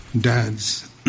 dads